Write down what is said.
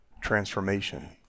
transformation